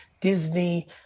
Disney